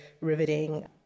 riveting